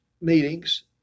meetings